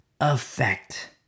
effect